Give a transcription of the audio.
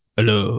Hello